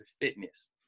fitness